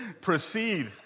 proceed